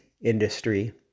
industry